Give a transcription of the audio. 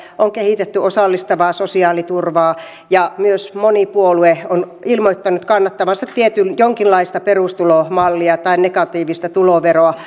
on kehitetty osallistavaa sosiaaliturvaa ja myös moni puolue on ilmoittanut kannattavansa jonkinlaista perustulomallia tai negatiivista tuloveroa